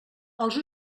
els